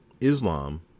Islam